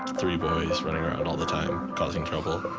three boys running around all the time, causing trouble